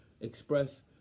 express